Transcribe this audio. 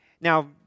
Now